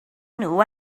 nhw